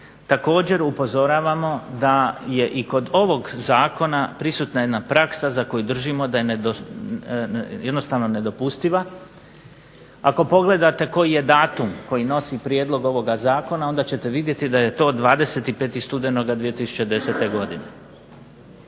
također upozoravamo da je i kod ovog zakona prisutna jedna praksa za koju držimo da je jednostavno nedopustiva. Ako pogledate koji je datum koji nosi prijedlog ovoga zakona, onda ćete vidjeti da je to 25. studenoga 2010. godine.